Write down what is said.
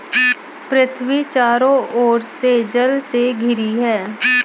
पृथ्वी चारों ओर से जल से घिरी है